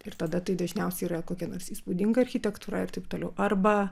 ir tada tai dažniausiai yra kokia nors įspūdinga architektūra ir taip toliau arba